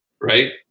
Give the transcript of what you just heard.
right